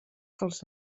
dels